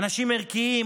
אנשים ערכיים,